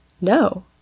No